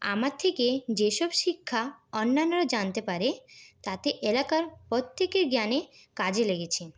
আমার থেকে যেসব শিক্ষা অন্যান্যরা জানতে পারে তাতে এলাকার প্রত্যেকের জ্ঞানে কাজে লেগেছে